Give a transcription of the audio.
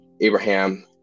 Abraham